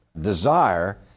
desire